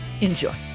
Enjoy